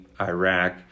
Iraq